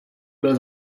byl